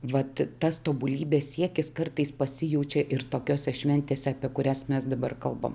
vat tas tobulybės siekis kartais pasijaučia ir tokiose šventėse apie kurias mes dabar kalbam